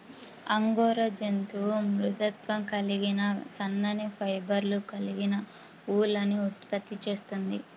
angora జంతువు మృదుత్వం కలిగిన సన్నని ఫైబర్లు కలిగిన ఊలుని ఉత్పత్తి చేస్తుంది